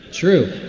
true